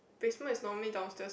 basement is normally downstairs [what]